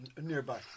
nearby